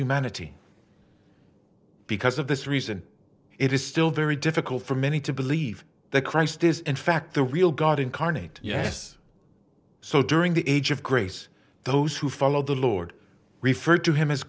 humanity because of this reason it is still very difficult for many to believe that christ is in fact the real god incarnate yes so during the age of grace those who followed the lord referred to him as